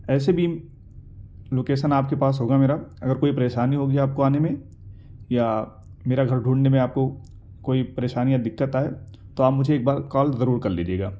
ایسے بھی لوکیشن آپ کے پاس ہوگا میرا اگر کوئی پریشانی ہوگی آپ کو آنے میں یا میرا گھر ڈھونڈنے میں آپ کو کوئی پریشانی یا دقت آئے تو آپ مجھے ایک بار کال ضرور کرلیجیے گا